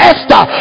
Esther